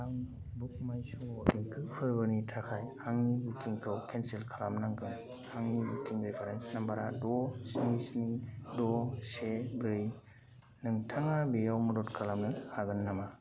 आं बुकमाइश' आव देंखो फोरबोनि थाखाय आंनि बुकिंखौ केनसेल खालामनांगोन आंनि बुकिं रिफरेन्स नम्बर आ द' स्नि स्नि द' से ब्रै नोंथाङा बेयाव मदद खालामनो हागोन नामा